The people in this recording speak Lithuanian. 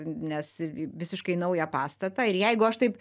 nes visiškai naują pastatą ir jeigu aš taip